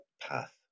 path